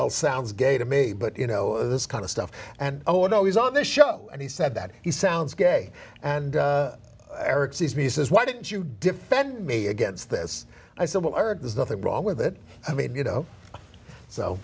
bell sounds gay to me but you know this kind of stuff and oh no he's on this show and he said that he sounds gay and eric sees me he says why didn't you defend me against this i said well i heard there's nothing wrong with it i mean you know so